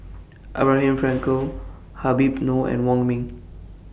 Abraham Frankel Habib Noh and Wong Ming